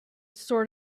sort